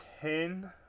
ten